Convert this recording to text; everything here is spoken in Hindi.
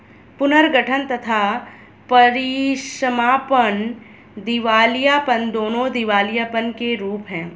पुनर्गठन तथा परीसमापन दिवालियापन, दोनों दिवालियापन के रूप हैं